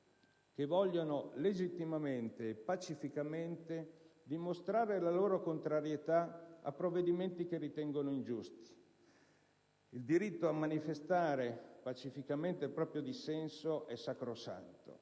che vogliono legittimamente e pacificamente dimostrare la loro contrarietà a provvedimenti che ritengono ingiusti. Il diritto a manifestare pacificamente il proprio dissenso è sacrosanto